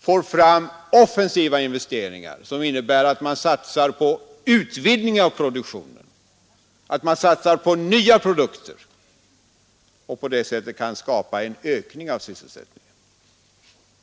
få fram offensiva investeringar, vilka innebär att man satsar på utvidgning av produktionen, på nya produkter, för att på det sättet skapa en ökning av sysselsättningen.